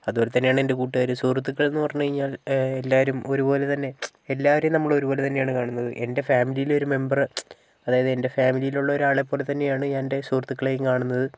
അതുപോലെത്തന്നെയാണ് എൻ്റെ കൂട്ടുകാര് സുഹൃത്തുക്കളെന്ന് പറഞ്ഞാൽ എല്ലാരും ഒരുപോലെത്തന്നെ എല്ലാവരെയും നമ്മളൊരുപോലെത്തന്നെയാണ് കാണുന്നത് എൻ്റെ ഫാമിലിയിലൊരു മെമ്പറ് അതായത് എൻ്റെ ഫാമിലിയിലൊലൊരാളെപ്പോലെത്തന്നെയാണ് ഞാനെൻ്റെ സുഹൃത്തുക്കളെയും കാണുന്നത്